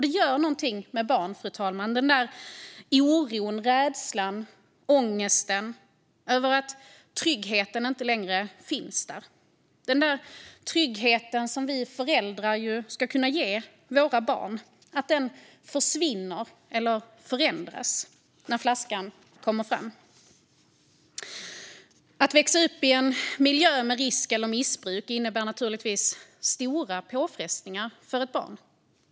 Det gör något med barn, fru talman, den där oron, rädslan och ångesten över att tryggheten inte längre finns där - den trygghet som vi föräldrar ska kunna ge våra barn. Den försvinner eller förändras när flaskan kommer fram. Att växa upp i en miljö med risk eller missbruk innebär stora påfrestningar för ett barn.